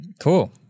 Cool